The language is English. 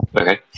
Okay